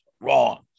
wrong